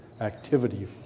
activity